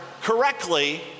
correctly